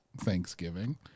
Thanksgiving